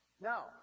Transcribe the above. Now